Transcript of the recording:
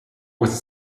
was